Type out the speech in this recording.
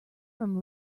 from